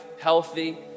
healthy